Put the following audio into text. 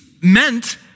meant